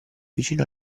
vicino